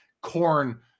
corn